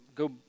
Go